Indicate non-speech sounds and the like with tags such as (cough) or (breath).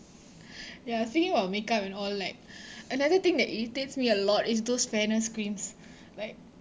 (breath) ya speaking about makeup and all like (breath) another thing that irritates me a lot is those fairness creams (breath) like